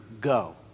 Go